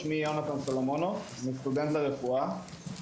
שמי יהונתן סולומונוב, אני סטודנט לרפואה.